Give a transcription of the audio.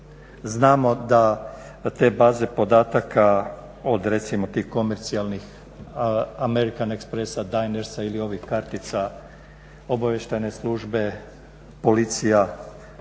Znamo da te baze podataka od recimo tih komercijalnih, American Expressa, Dinersa ili ovih kartica obavještajne službe, policija